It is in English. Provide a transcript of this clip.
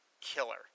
killer